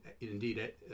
indeed